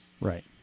Right